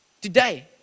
Today